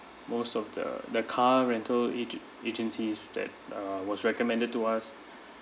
most of the the car rental agen~ agencies that uh was recommended to us